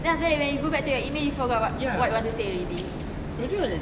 then after that when you go back to your email you forgot what what you want to say already